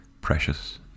precious